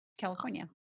California